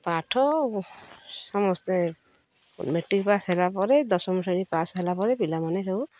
ପାଠ ସମସ୍ତେ matric pass ହେଲା ପରେ ଦଶମ ଶ୍ରେଣୀ ପାସ୍ ହେଲା ପରେ ପିଲାମାନେ ସବୁ